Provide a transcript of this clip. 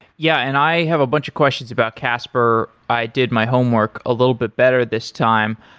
yeah, and i have a bunch of questions about casper. i did my homework a little bit better this time,